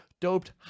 Doped